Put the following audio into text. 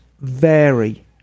vary